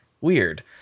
Weird